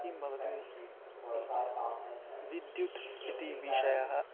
किं भवति विद्युत् इति विषयः